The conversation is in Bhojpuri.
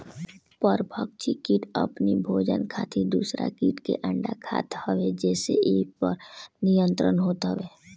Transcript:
परभक्षी किट अपनी भोजन खातिर दूसरा किट के अंडा खात हवे जेसे इ पर नियंत्रण होत हवे